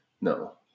no